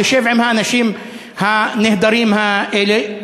תשב עם האנשים הנהדרים האלה,